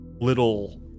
little